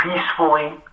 peacefully